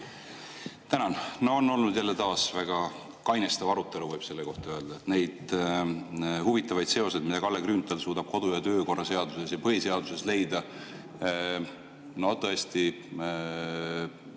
Tänan! No on olnud jälle taas väga kainestav arutelu, võib selle kohta öelda. [Need on] huvitavad seosed, mida Kalle Grünthal suudab kodu- ja töökorra seaduses ja põhiseaduses leida. No tõesti,